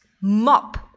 Mop